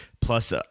plus